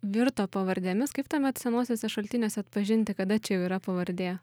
virto pavardėmis kaip tuomet senuosiuose šaltiniuose atpažinti kada čia jau yra pavardė